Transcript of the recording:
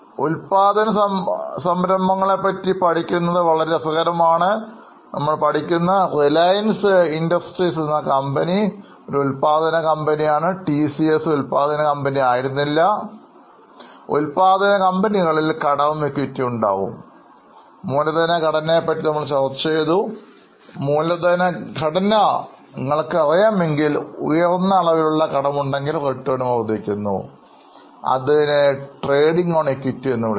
ഉൽപ്പാദന സംരംഭത്തെ പറ്റി പഠിക്കുന്നത് രസകരമാണ് ഓർക്കുക കാരണം നിങ്ങൾക്ക് കടവും ഇക്വിറ്റിയും അതിലുണ്ടാകും മൂലധന ഘടനയെക്കുറിച്ച് നമ്മൾ ചർച്ച ചെയ്തു മൂലധന ഘടന നിങ്ങൾക്കറിയാമെങ്കിൽ ഉയർന്ന അളവിലുള്ള കടമുണ്ടെങ്കിൽ റിട്ടേൺ വർദ്ധിക്കുന്നു അത് Trading on Equity എന്നറിയപ്പെടുന്നു